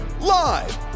Live